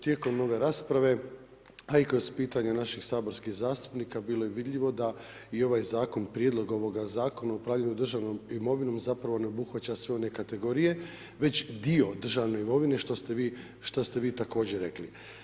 Tijekom ove rasprave a i kroz pitanje naših saborskih zastupnika, bilo je vidljivo da i ovaj zakon, prijedlog ovoga Zakona o upravljanju državnom imovinom zapravo ne obuhvaća sve one kategorije već dio državne imovine što ste vi također rekli.